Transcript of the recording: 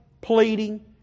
pleading